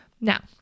Now